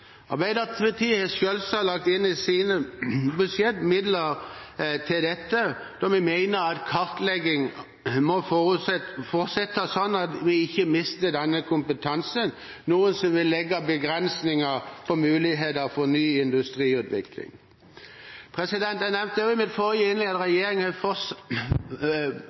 Arbeiderpartiet har selvsagt lagt inn midler til dette i sitt budsjett, da vi mener at kartleggingen må fortsette slik at vi ikke mister denne kompetansen, noe som vil legge begrensninger på mulighetene for ny industriutvikling. Jeg nevnte også i mitt forrige innlegg at